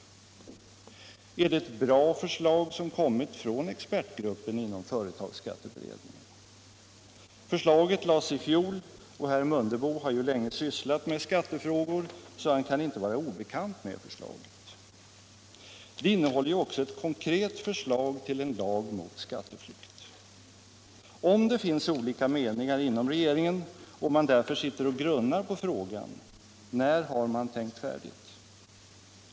Är det ett bra förslag som kommit från expertgruppen inom företagsskatteberedningen? Förslaget lades i fjol, och herr Mundebo har ju länge sysslat med skattefrågor så han kan inte vara obekant med det. Det innehåller också ett konkret förslag till lag mot skatteflykt. Om det finns olika meningar inom regeringen och den därför sitter och grunnar på frågan, när har den då tänkt färdigt?